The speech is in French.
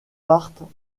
partent